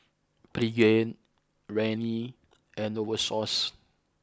Pregain Rene and Novosource